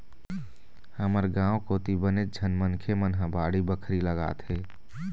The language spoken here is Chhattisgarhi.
हमर गाँव कोती बनेच झन मनखे मन ह बाड़ी बखरी लगाथे